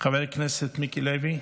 חבר הכנסת מיקי לוי,